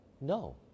No